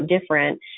different